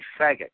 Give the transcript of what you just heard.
faggot